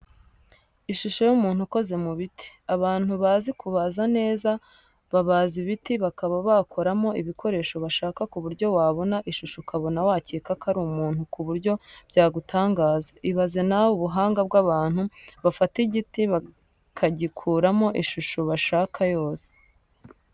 Ishusho y'umuntu ukoze mu biti. Abantu bazi kubaza neza babaza ibiti bakaba bakoramo ibikoresho bashaka ku buryo wabona ishusho ukaba wakeka ko ari umuntu ku buryo byagutangaza. Ibaze na we ubuhanga bw'abantu bafata igiti bakagikuramo ishusho bashaka yose.